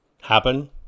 happen